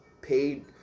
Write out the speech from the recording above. paid